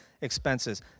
expenses